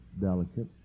delicate